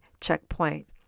checkpoint